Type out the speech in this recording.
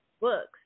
books